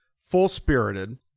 full-spirited